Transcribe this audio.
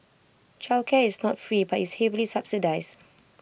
childcare is not free but is heavily subsidised